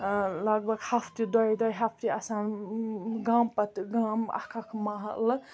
لَگ بَگ ہَفتہٕ دۄے دۄے ہَفتہٕ آسان گامہٕ پَتہٕ گامہٕ اَکھ اَکھ محلہٕ